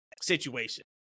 situation